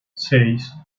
seis